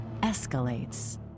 escalates